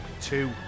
Two